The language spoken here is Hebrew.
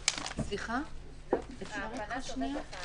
הישיבה ננעלה בשעה